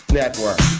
network